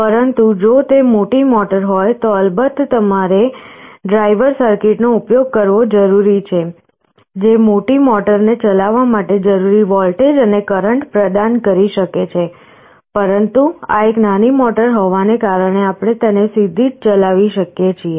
પરંતુ જો તે મોટી મોટર હોય તો અલબત્ત તમારે ડ્રાઇવર સર્કિટનો ઉપયોગ કરવો જરૂરી છે જે મોટી મોટરને ચલાવવા માટે જરૂરી વોલ્ટેજ અને કરંટ પ્રદાન કરી શકે છે પરંતુ આ એક નાની મોટર હોવાને કારણે આપણે તેને સીધી જ ચલાવી શકીએ છીએ